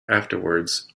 afterwards